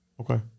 Okay